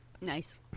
Nice